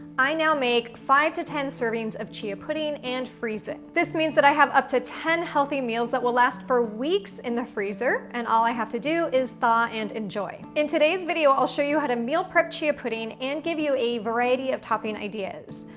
i now make five to ten servings of chia pudding and freeze it. this means that i have up to ten healthy meals that will last for weeks in the freezer and all i have to do is thaw and enjoy. in today's video i'll show you how to meal prep chia pudding and give you a variety of topping ideas.